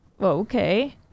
Okay